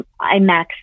IMAX